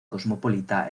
cosmopolita